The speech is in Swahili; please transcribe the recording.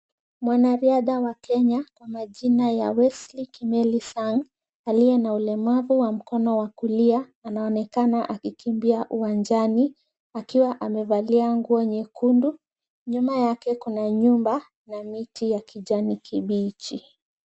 Mwanariadha wa Kenya majina ya Wesley Kimeli Sang, aliye na ulemavu wa mkono wa kulia, anaonekana akikimbia uwanjani akiwa amevalia nguo nyekundu. Nyuma yake kuna nyumba na miti ya kijani kibichi.